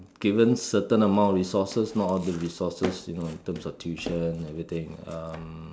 given certain amount of resources not all of the resources you know in terms of tuition and everything um